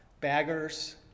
baggers